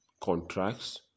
contracts